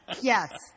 Yes